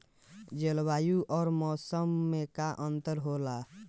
जलवायु और मौसम में का अंतर होला?